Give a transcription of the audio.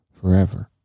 forever